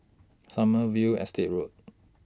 Sommerville Estate Road